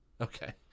Okay